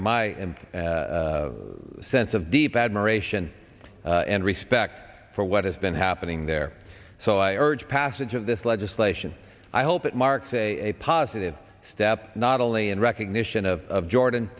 my sense of deep admiration and respect for what has been happening there so i urge passage of this legislation i hope it marks a positive step not only in recognition of jordan